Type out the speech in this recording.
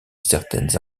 certaines